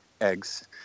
eggs